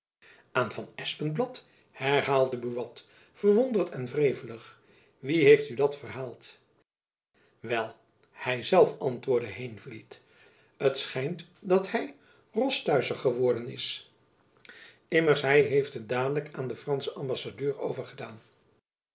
aan van espenblad herhaalde buat verwonderd en wrevelig wie heeft u dat verhaald wel hy zelf antwoordde heenvliet het schijnt dat hy rostuischer geworden is immers hy heeft het dadelijk aan den franschen ambassadeur overgedaan